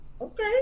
Okay